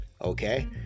Okay